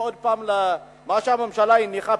ועוד פעם מה שהממשלה הניחה,